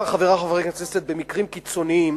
חברי חברי הכנסת, מדובר במקרים קיצוניים,